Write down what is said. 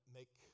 make